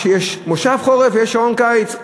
שיש מושב חורף ויש שעון קיץ.